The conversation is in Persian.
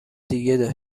دیگه